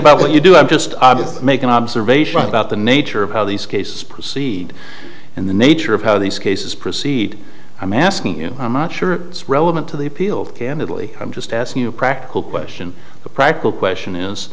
about what you do i'm just i did make an observation about the nature of how these cases proceed and the nature of how these cases proceed i'm asking you i'm not sure it's relevant to the appeal candidly i'm just asking you a practical question the practical question is